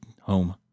home